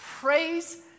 praise